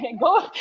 go